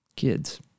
kids